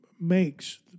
makes